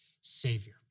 savior